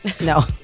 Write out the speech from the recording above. no